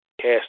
cast